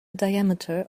diameter